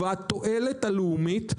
והתועלת הלאומית,